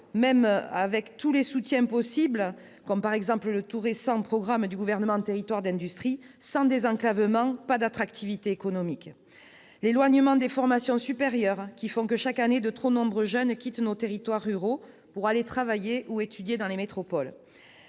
même avec tous les soutiens possibles, comme le tout récent programme du Gouvernement « territoires d'industries », car, sans désenclavement, il n'y a pas d'attractivité économique. L'éloignement des formations supérieures, qui font que claque année de trop nombreux jeunes quittent nos territoires ruraux pour aller travailler ou étudier dans les métropoles.